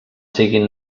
siguin